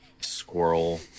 squirrel